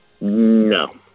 No